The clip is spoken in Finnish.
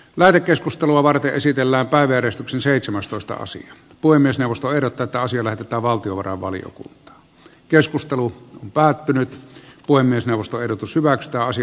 mää keskustelua varten esitellään päiväjärjestyksen seitsemästoista sija puhemiesneuvosto erotetaan sillä että valtiovarainvaliokunta keskustelu päätynyt voi myös nousta ehdotus hyvä kausi